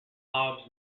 hobbs